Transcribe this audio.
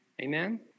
Amen